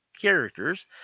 characters